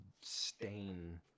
stain